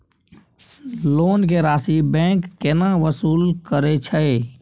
Loan के राशि bank केना वसूल करे छै?